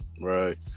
Right